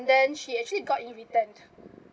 then she actually got in return